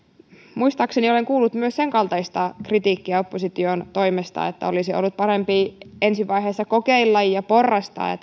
muistaakseni olen kuullut myös sen kaltaista kritiikkiä opposition toimesta että olisi ollut parempi ensi vaiheessa kokeilla ja porrastaa ja